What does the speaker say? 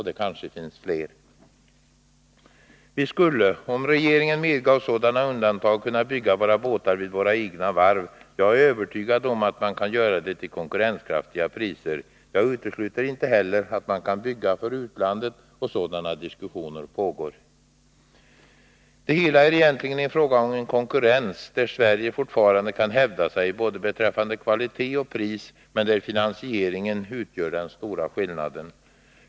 Det kanske finns fler. Vi skulle, om regeringen medgav sådana undantag, kunna bygga våra båtar vid våra egna varv. Jag är övertygad om att man kan göra det till konkurrenskraftiga priser. Jag utesluter inte heller att man kan bygga för utlandet. Sådana diskussioner pågår. 175 Det hela är egentligen en fråga om konkurrens, där Sverige fortfarande kan hävda sig både beträffande kvalitet och beträffande pris, men där finansieringen utgör den stora skillnaden.